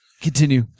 Continue